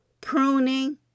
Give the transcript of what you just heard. pruning